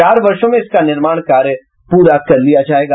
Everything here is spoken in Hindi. चार वर्षो में इसका निर्माण कार्य पूरा कर लिया जायेगा